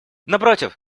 напротив